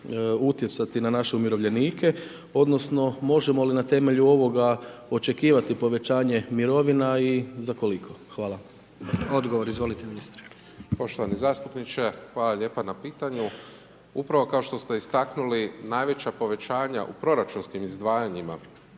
utjecati na naše umirovljenike, odnosno, možemo li na temelju ovoga očekivati povećanje mirovina i za koliko? Hvala. **Jandroković, Gordan (HDZ)** Odgovor izvolite ministre. **Pavić, Marko (HDZ)** Poštovani zastupniče hvala lijepo na pitanju, upravo što ste istaknuli, najveća povećanja iz proračunskim izdavanjima